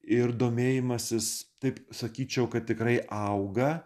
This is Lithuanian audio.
ir domėjimasis taip sakyčiau kad tikrai auga